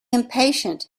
impatient